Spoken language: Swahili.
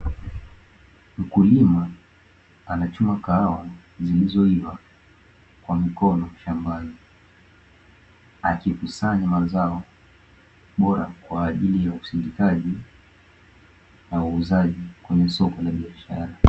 Mkulima anachuma kahawa zilizoiva kwa mikono shambani, akikusanya mazao bora kwa ajili ya usindikaji na uuzaji kwenye soko la biashara.